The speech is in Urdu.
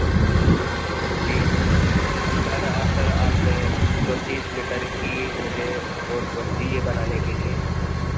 جی سر سر آپ نے جو تیس میٹر کی مجھے روڈ بول دی ہے بنانے کے لیے